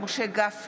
אינו נוכח משה גפני,